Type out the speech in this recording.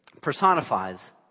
personifies